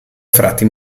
frati